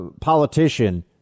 politician